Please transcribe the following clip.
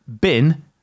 bin